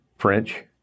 French